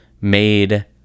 made